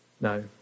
No